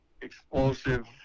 explosive